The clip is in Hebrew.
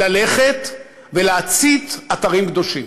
ללכת ולהצית אתרים קדושים.